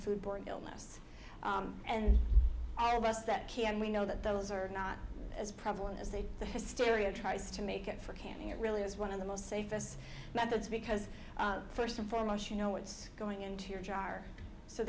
borne illness and all of us that can we know that those are not as prevalent as they the hysteria tries to make it for camping it really is one of the most safest methods because first and foremost you know what's going into your jar so